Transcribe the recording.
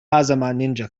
ninja